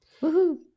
Woohoo